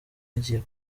yagiye